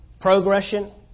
Progression